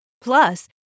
Plus